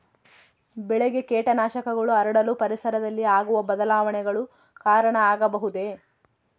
ಬೆಳೆಗೆ ಕೇಟನಾಶಕಗಳು ಹರಡಲು ಪರಿಸರದಲ್ಲಿ ಆಗುವ ಬದಲಾವಣೆಗಳು ಕಾರಣ ಆಗಬಹುದೇ?